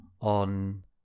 on